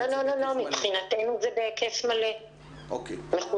מבחינתנו זה בהיקף מלא מחודש.